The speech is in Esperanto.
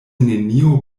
neniu